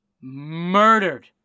murdered